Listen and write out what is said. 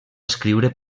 escriure